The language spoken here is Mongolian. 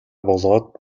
болоод